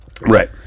right